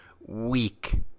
weak